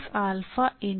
I